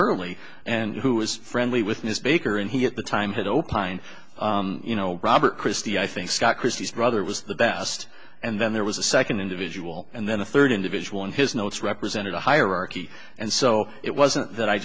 hurley and who was friendly with miss baker and he at the time had opined you know robert christie i think scott christie's brother was the best and then there was a second individual and then the third individual in his notes represented a hierarchy and so it wasn't that i